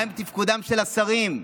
מהו תפקודם של השרים.